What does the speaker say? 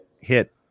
hit